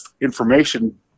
information